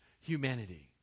humanity